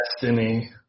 destiny